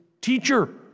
Teacher